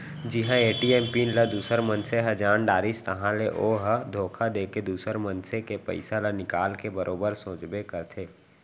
जिहां ATM pin ल दूसर मनसे ह जान डारिस ताहाँले ओ ह धोखा देके दुसर मनसे के पइसा ल निकाल के बरोबर सोचबे करथे